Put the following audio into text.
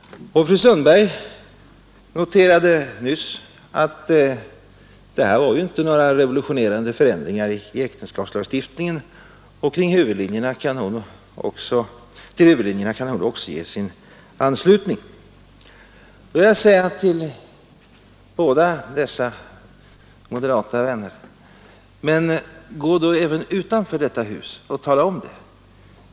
Fru Sundberg noterade nyss att det inte var fråga om några revolutionerande förändringar i äktenskapslagstiftningen och att hon också kunde ge sin anslutning till huvudlinjerna i förslaget. Då vill jag säga till båda dessa moderata vänner: Men gå då även utanför detta hus och tala om det!